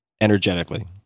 energetically